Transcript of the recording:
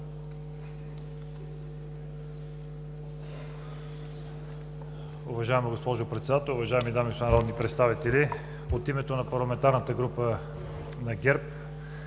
Уважаема госпожо Председател, уважаеми дами и господа народни представители! От името на парламентарната група на ГЕРБ